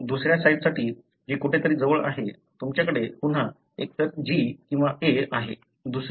पण दुसऱ्या साइटसाठी जी कुठेतरी जवळ आहे तुमच्याकडे पुन्हा एकतर G किंवा A आहे